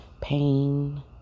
pain